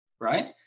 right